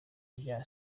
rya